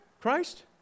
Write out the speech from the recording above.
Christ